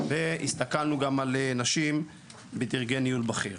והסתכלנו גם על נשים בדרגי ניהול בכיר.